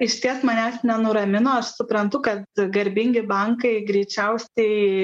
išties manęs nenuramino aš suprantu kad garbingi bankai greičiausiai